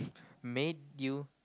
made you